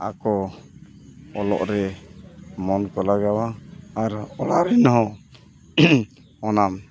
ᱟᱠᱚ ᱚᱞᱚᱜ ᱨᱮ ᱢᱚᱱ ᱠᱚ ᱞᱟᱜᱟᱣᱟ ᱟᱨ ᱚᱱᱟ ᱨᱮᱱ ᱦᱚᱸ ᱚᱱᱟᱢ